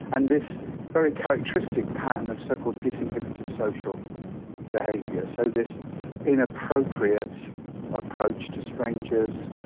and this very characteristic pattern of so-called disinhibited social behaviour, so this inappropriate approach to strangers,